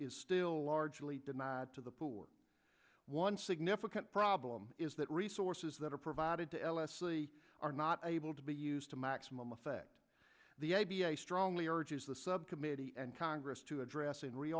is still largely denied to the poor one significant problem is that resources that are provided to l s d are not able to be used to maximum effect the a b a strongly urges the subcommittee and congress to address in r